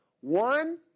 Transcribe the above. One